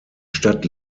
stadt